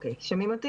אביבית?